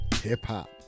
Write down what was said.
hip-hop